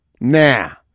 Now